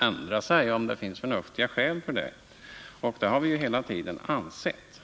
ändra sig om NI 121 det finns förnuftiga skäl härför. Det har vi hela tiden ansett.